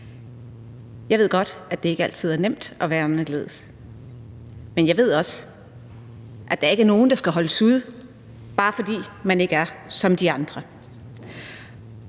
Jeg ved godt, at det ikke altid er nemt at være anderledes. Men jeg ved også, at der ikke er nogen, der skal holdes ude, bare fordi man ikke er som de andre.